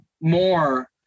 more